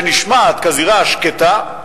שנשמעת כזירה השקטה,